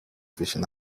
vision